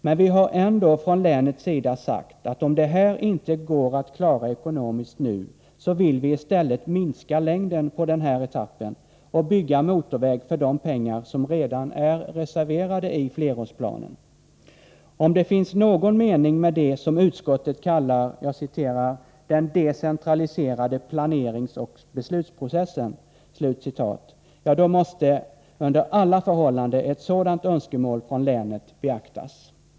Men vi har ändå från länet sagt att om hela den sträckan inte går att klara ekonomiskt nu, vill vi i stället minska längden på den här etappen och bygga motorväg för de pengar som redan är reserverade i flerårsplanen. Om det finns någon mening med det som utskottet kallar ”den decentraliserade planeringsoch beslutsprocessen”, måste under alla förhållanden ett sådant önskemål från länet beaktas.